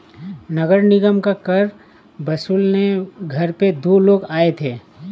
नगर निगम का कर वसूलने घर पे दो लोग आए थे